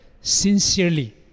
sincerely